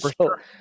sure